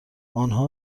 آنها